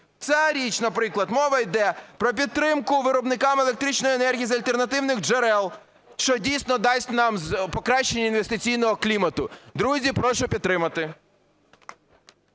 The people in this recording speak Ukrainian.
Ця річ, наприклад. Мова йде про підтримку виробників електричної енергії з альтернативних джерел, що дійсно дасть нам покращення інвестиційного клімату. Друзі, прошу підтримати.